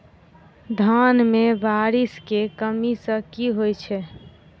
धान मे बारिश केँ कमी सँ की होइ छै?